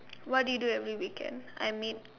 what do you do every weekend I meet